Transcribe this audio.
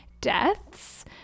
deaths